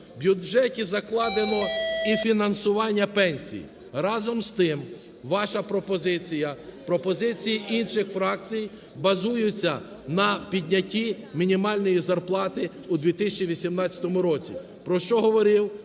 В бюджеті закладено і фінансування пенсій. Разом з тим, ваша пропозиція, пропозиції інших фракцій базуються на піднятті мінімальної зарплати у 2018 році, про що говорив